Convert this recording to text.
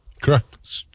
Correct